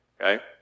Okay